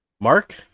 Mark